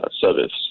service